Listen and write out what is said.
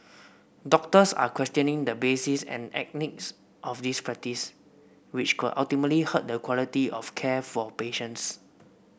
doctors are questioning the basis and ethics of this practice which could ultimately hurt the quality of care for patients